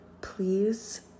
Please